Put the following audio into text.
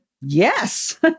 yes